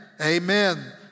amen